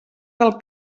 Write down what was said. del